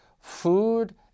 food